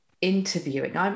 interviewing